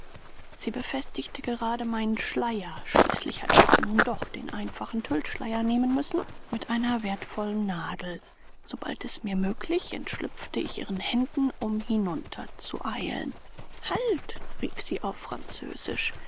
sie befestigte gerade meinen schleier schließlich hatte ich nun doch den einfachen tüllschleier nehmen müssen mit einer wertvollen nadel sobald es mir möglich entschlüpfte ich ihren händen um hinunter zu eilen halt rief sie auf französisch